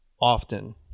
often